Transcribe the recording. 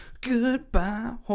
Goodbye